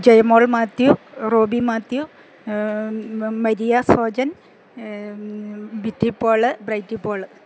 Jayamol Mathew Robi Mathew Maria Sojan ബ്രൈറ്റിപ്പോള്